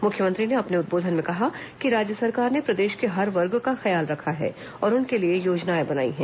मुख्यमंत्री ने अपने उद्बोधन में कहा कि राज्य सरकार ने प्रदेश के हर वर्ग का ख्याल रखा है और उनके लिए योजनाएं बनाई हैं